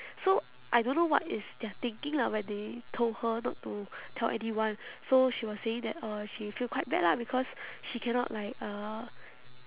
so I don't know what is their thinking lah when they told her not to tell anyone so she was saying that uh she feel quite bad lah because she cannot like uh